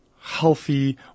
healthy